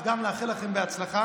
אז גם נאחל לכם בהצלחה.